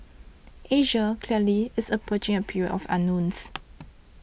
Asia clearly is approaching a period of unknowns